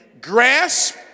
grasp